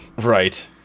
Right